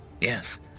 Yes